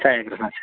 छायाग्रहणं